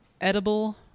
Edible